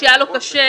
כשהיה לו קשה,